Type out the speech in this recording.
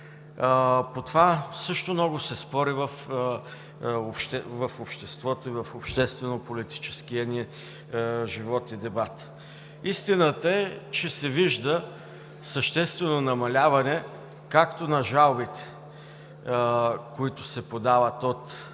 По това също много се спори в обществото, в обществено-политическия ни живот и дебат. Истината е, че се вижда съществено намаляване както на жалбите, които се подават от